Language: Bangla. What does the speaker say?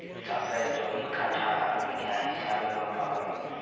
চাষের জমি কাঠা আর বিঘা হিছাবে মাপা হ্যয়